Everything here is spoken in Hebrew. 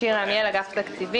אני שירה עמיאל, מאגף תקציבים.